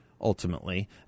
ultimately